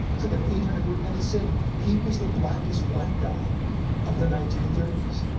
like an eight hundred word, and they said he was the blackest white guy of the nineteen thirty s.